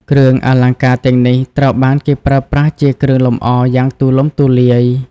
គ្រឿងអលង្ការទាំងនេះត្រូវបានគេប្រើប្រាស់ជាគ្រឿងលម្អយ៉ាងទូលំទូលាយ។